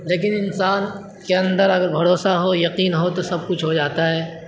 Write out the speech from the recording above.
لیکن انسان کے اندر اگر بھروسہ ہو یقین ہو تو سب کچھ ہو جاتا ہے